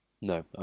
no